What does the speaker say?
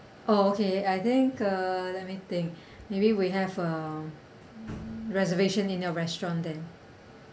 oh okay I think uh let me think maybe we have um reservation in your restaurant then